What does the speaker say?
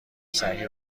صحیح